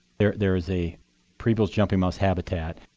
there there is a preble's jumping mouse habitat.